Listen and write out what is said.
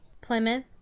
Plymouth